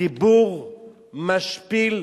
בדיבור משפיל,